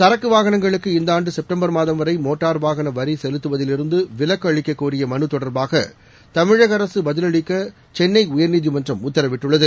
சரக்கு வாகனங்களுக்கு இந்த ஆண்டு செப்டம்பர் மாதம் வரை மோட்டார் வாகன வரி செலுத்துவதிலிருந்து விலக்கு அளிக்கக்கோரிய மலு தொடர்பாக தமிழக அரசு பதிலளிக்க சென்னை உயர்நீதிமன்றம் உத்தரவிட்டுள்ளது